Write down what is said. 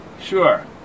Sure